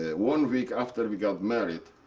ah one week after we got married,